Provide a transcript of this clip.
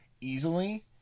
easily